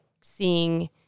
seeing